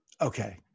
okay